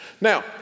Now